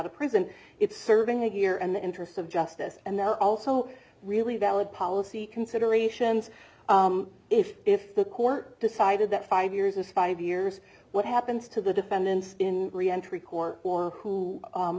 of prison it's serving a year and the interests of justice and they're also really valid policy considerations if if the court decided that five years is five years what happens to the defendants in